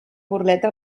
burleta